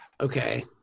Okay